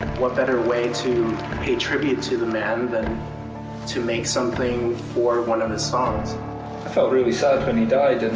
what better way to pay tribute to the man than to make something for one of his songs. collaborator i felt really sad when he died. and